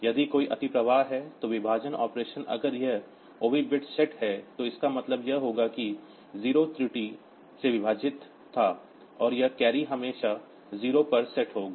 यदि कोई अतिप्रवाह है तो विभाजन ऑपरेशन अगर यह OV बिट सेट है तो इसका मतलब यह होगा कि 0 त्रुटि से विभाजित था और यह कैरी हमेशा 0 पर सेट होगी